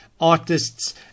artists